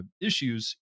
issues